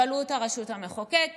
בלעו את הרשות המחוקקת,